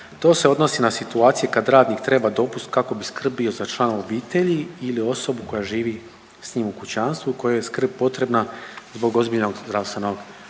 To se odnosi na situacije kad radnik treba dopust kako bi skrbio za člana obitelji ili osobu koja živi s njim u kućanstvu kojoj je skrb potrebna zbog ozbiljnog zdravstvenog